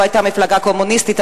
זו היתה מפלגה קומוניסטית,